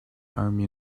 army